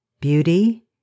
beauty